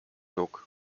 nóg